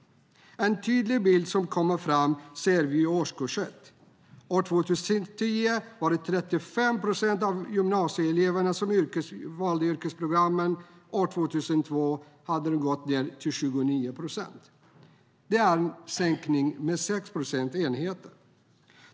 En tydlig bild kommer fram om vi ser på årskurs 1. År 2010 var det 35 procent av gymnasieeleverna som valde ett yrkesprogram. År 2012 hade det gått ned till 29 procent. Det är en minskning med 6 procentenheter.